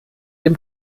dem